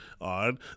on